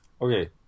Okay